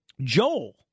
Joel